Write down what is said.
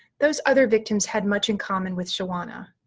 those other victims had much in common with shawana.